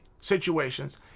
situations